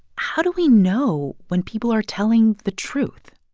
how do we know when people are telling the truth?